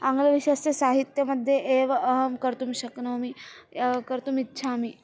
आङ्गलविषयस्य साहित्यमध्ये एव अहं कर्तुं शक्नोमि एव कर्तुम् इच्छामि